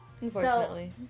Unfortunately